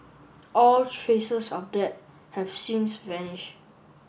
all traces of that have since vanish